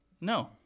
No